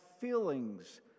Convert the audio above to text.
feelings